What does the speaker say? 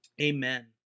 amen